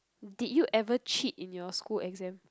did you ever cheat in your school exam